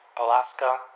Alaska